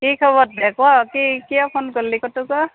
কি খবৰ ক কি কিয় ফোন কৰলি ক তো ক